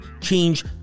change